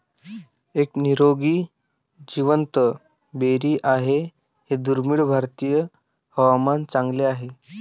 एक निरोगी जिवंत बेरी आहे हे दुर्मिळ भारतीय हवामान चांगले आहे